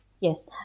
Yes